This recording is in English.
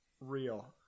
Real